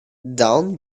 down